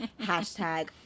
hashtag